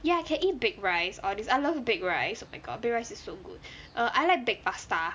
ya I can eat baked rice all this I love baked rice oh my god baked rice is so good err I like baked pasta